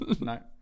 No